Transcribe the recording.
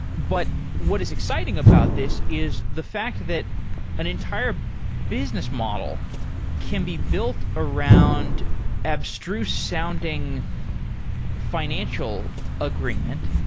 but what is exciting about this is the fact that an entire business model can be built around abstruse sounding financial agreement.